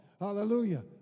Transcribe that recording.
Hallelujah